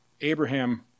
Abraham